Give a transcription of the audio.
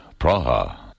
Praha